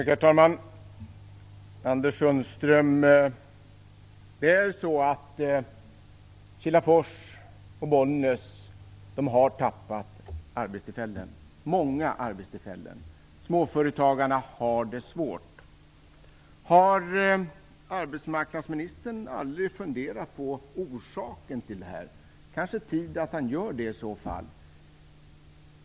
Herr talman! Det är så, Anders Sundström, att Kilafors och Bollnäs har tappat många arbetstillfällen. Småföretagarna har det svårt. Har arbetsmarknadsministern aldrig funderat på orsaken till det? Det är kanske tid för att han gör det.